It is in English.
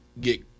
get